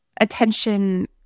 attention